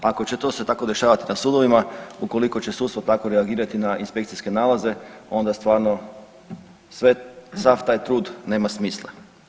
Ako će to se tako dešavati na sudovima ukoliko će sudstvo tako reagirati na inspekcijske nalaze, onda stvarno sve, sav taj trud nema smisla.